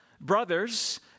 Brothers